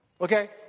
okay